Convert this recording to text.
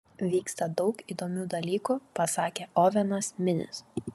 vyksta daug įdomių dalykų pasakė ovenas minis